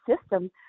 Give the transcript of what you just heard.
system